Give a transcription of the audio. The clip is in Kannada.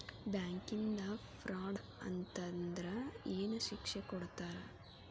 ಬ್ಯಾಂಕಿಂದಾ ಫ್ರಾಡ್ ಅತಂದ್ರ ಏನ್ ಶಿಕ್ಷೆ ಕೊಡ್ತಾರ್?